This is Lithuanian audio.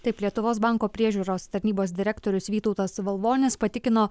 taip lietuvos banko priežiūros tarnybos direktorius vytautas valvonis patikino